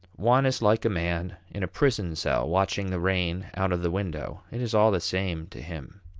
one is like a man in a prison cell watching the rain out of the window it is all the same to him.